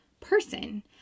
person